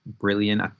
brilliant